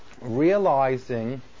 realizing